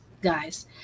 guys